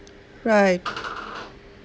right